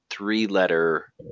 three-letter